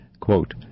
Quote